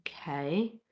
okay